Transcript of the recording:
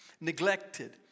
neglected